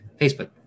Facebook